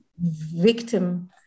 victim